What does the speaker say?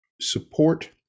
support